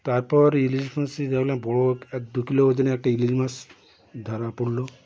তারপর ইলিশ মাছ ধরলে বড় এক দু কিলো ওজনের একটা ইলিশ মাছ ধরা পড়ল